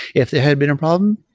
if they had been a problem,